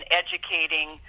educating